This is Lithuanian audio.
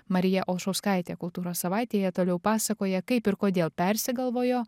marija olšauskaitė kultūros savaitėje toliau pasakoja kaip ir kodėl persigalvojo